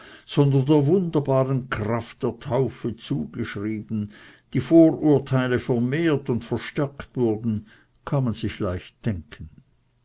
sondern der wunderbaren kraft der taufe zugeschrieben die vorurteile vermehrt und verstärkt wurden kann man sich leicht denken